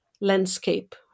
landscape